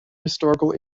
historical